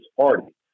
party